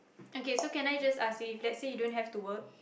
okay so can I just ask you if let's say you don't have to work